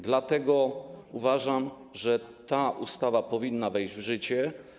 Dlatego uważam, że ta ustawa powinna wejść w życie.